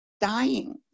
dying